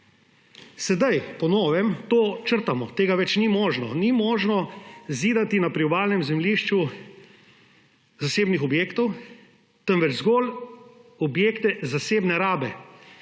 Zdaj po novem to črtamo, to več ni možno. Ni možno zidati na priobalnem zemljišču zasebnih objektov, temveč zgolj objekte zasebne rabe.